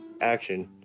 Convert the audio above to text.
action